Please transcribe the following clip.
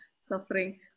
suffering